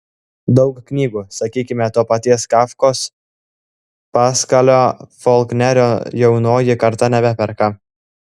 daug knygų sakykime to paties kafkos paskalio folknerio jaunoji karta nebeperka